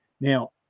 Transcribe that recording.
Now